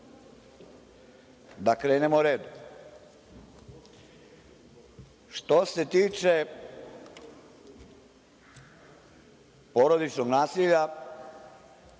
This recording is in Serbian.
krenemo redom. Što se tiče porodičnog nasilja,